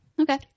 Okay